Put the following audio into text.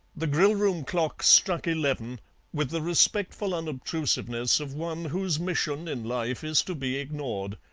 the grill-room clock struck eleven with the respectful unobtrusiveness of one whose mission in life is to be ignored.